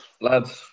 lads